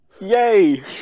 Yay